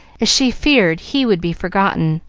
as she feared he would be forgotten,